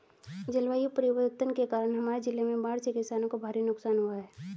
जलवायु परिवर्तन के कारण हमारे जिले में बाढ़ से किसानों को भारी नुकसान हुआ है